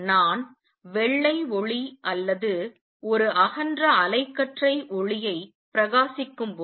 நான் வெள்ளை ஒளி அல்லது ஒரு அகன்ற அலைக்கற்றை ஒளியை பிரகாசிக்கும்போது